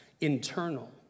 internal